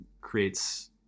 creates